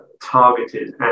targeted